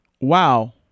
Wow